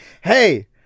Hey